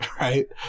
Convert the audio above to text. right